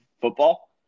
football